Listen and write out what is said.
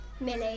Millie